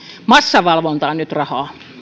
massavalvontaan nyt rahaa